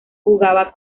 jugaba